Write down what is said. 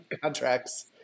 contracts